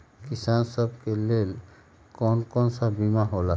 किसान सब के लेल कौन कौन सा बीमा होला?